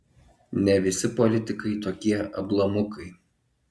ne visi politikai tokie ablamukai